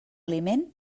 aliment